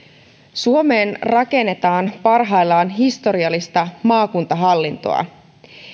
suomeen rakennetaan parhaillaan historiallista maakuntahallintoa